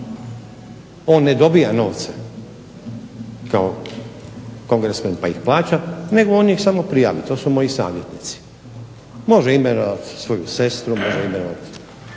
On ne dobija novce kao kongresmen pa ih plaća nego ih on samo prijavi, to su moji savjetnici. Može imenovati svoju sestru, šogora,